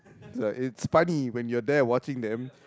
so it's funny when you are there watching them